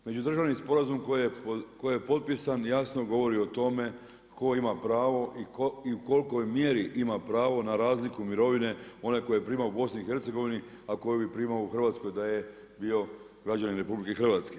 Međudržavni sporazum koji je potpisan jasno govori o tome, tko ima pravo i u kolikoj mjeri ima pravo na razliku mirovine onaj tko je prima u Bosni i Hercegovini, a koji bi primao u Hrvatskoj, da je bio građanin RH.